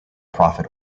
profit